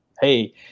Hey